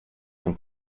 zum